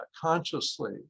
consciously